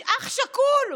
אח שכול,